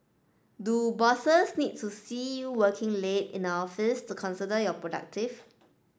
do bosses need to see you working late in the office to consider your productive